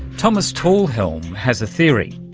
thomas talhelm has a theory,